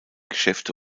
geschäfte